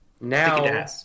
now